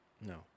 no